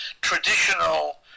traditional